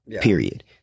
period